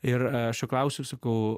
ir aš jo klausiu sakau